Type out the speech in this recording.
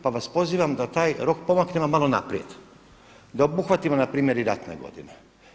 Pa vas pozivam da taj rok pomaknemo malo naprijed, da obuhvatimo na primjer i ratne godine.